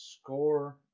score